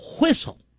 whistle